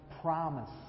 promise